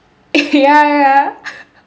ya ya ya